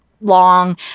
long